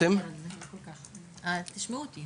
נתנו לאנשים קערת מרק קטנה אכלו את הקטנה והיו שבעים,